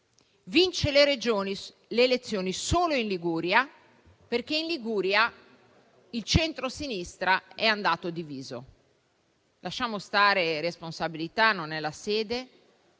vince le elezioni solo in Liguria, perché in Liguria il centrosinistra è andato diviso (lasciamo stare le responsabilità, non è questa